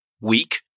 weak